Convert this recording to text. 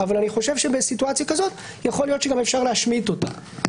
אבל בסיטואציה כזאת יכול להיות שגם אפשר להשמיט אותה.